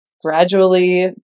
gradually